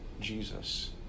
Jesus